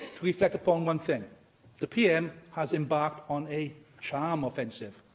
to reflect upon one thing the pm has embarked on a charm offensive.